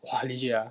!wah! legit ah